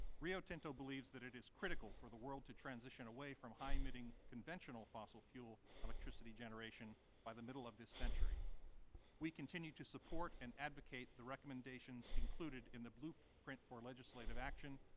rio tinto believes that it is critical for the world to transition away from high emitting conventional fossil fuel electricity generation by the middle of this century we continue to support and advocate the recommendations included in the blueprint for legislative action,